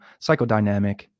psychodynamic